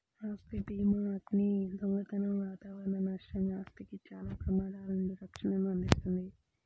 ఆస్తి భీమాఅగ్ని, దొంగతనం వాతావరణ నష్టం, ఆస్తికి చాలా ప్రమాదాల నుండి రక్షణను అందిస్తుంది